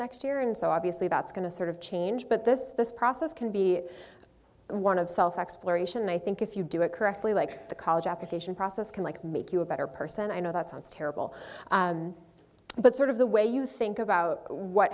next year and so obviously that's going to sort of change but this this process can be one of self exploration and i think if you do it correctly like the college application process can like make you a better person i know that sounds terrible but sort of the way you think about what